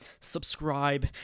subscribe